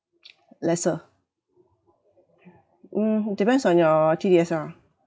lesser mm depends on your T_D_S_R mm